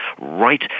right